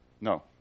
No